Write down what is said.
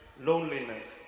loneliness